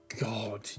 God